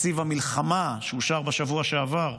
תקציב המלחמה שאושר כבר בשבוע שעבר,